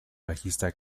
bajista